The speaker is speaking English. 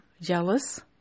jealous